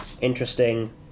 interesting